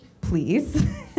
please